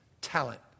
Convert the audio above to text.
Talent